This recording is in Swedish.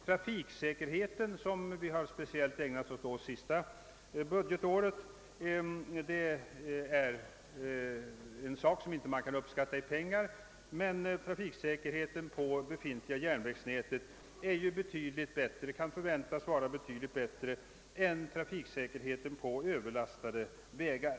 Trafiksäkerheten, som vi ägnat speciell uppmärksamhet åt under det senaste budgetåret, är en sak som inte kan uppskattas i pengar, men trafiksäkerheten på det befintliga järnvägsnätet kan förväntas vara betydligt bättre än trafiksäkerheten på överlastade' vägar.